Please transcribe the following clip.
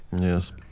Yes